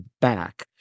back